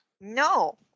No